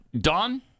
Don